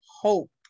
Hope